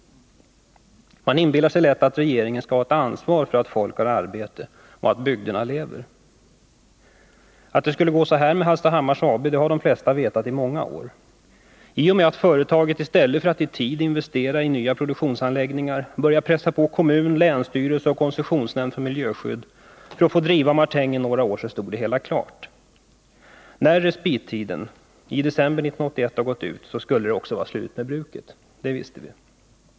Man inbillar sig att regeringen skall känna ett ansvar för att folk har arbete och att bygderna lever. Att det skulle gå så här med Hallstahammars AB har de flesta vetat i många år. I och med att företaget i stället för att i tid investera i nya produktionsanläggningar började pressa på kommun, länsstyrelse och koncessionsnämnden för miljöskydd för att få driva martinen vidare några år stod det klart: När respittiden har gått ut i december 1981 är det slut med bruket.